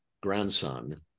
grandson